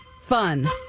Fun